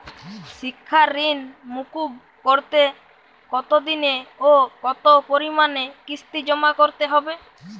শিক্ষার ঋণ মুকুব করতে কতোদিনে ও কতো পরিমাণে কিস্তি জমা করতে হবে?